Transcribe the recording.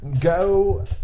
Go